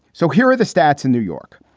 so here are the stats in new york.